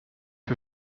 für